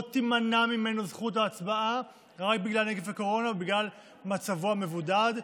לא תימנע ממנו זכות ההצבעה רק בגלל נגיף הקורונה או בגלל מצבו המבודד.